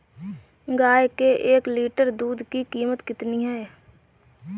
गाय के एक लीटर दूध की कीमत कितनी है?